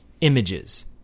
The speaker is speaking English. images